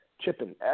chipping